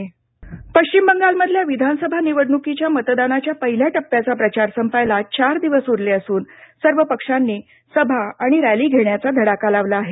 पश्चिम बंगाल निवडणक पश्चिम बंगालमधल्या विधान सभा निवडणूकीच्या मतदानाच्या पहिला टप्पाचा प्रचार संपायला चार दिवस उरले असून सर्व पक्षांनी सभा आणि रॅली घेण्याचा धडाका लावला आहे